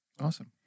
Awesome